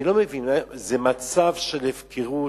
אני לא מבין: זה מצב של הפקרות,